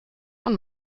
und